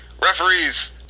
referees